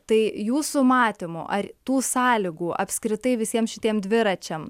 tai jūsų matymu ar tų sąlygų apskritai visiem šitiem dviračiam